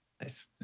Nice